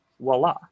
voila